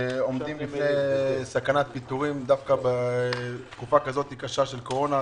שעומדים בפני סכנת פיטורין בתקופה כזו קשה של קורונה,